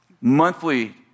monthly